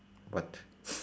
what